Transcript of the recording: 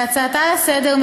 בהצעתה לסדר-היום,